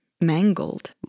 mangled